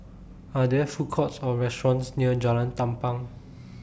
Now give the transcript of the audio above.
Are There Food Courts Or restaurants near Jalan Tampang